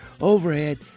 overhead